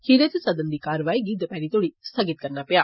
खीरै च सदन दी कारवाई गी दपैहरी तोड़ी स्थगित करना पेआ